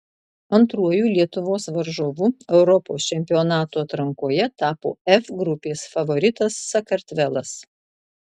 antruoju lietuvos varžovu europos čempionato atrankoje tapo f grupės favoritas sakartvelas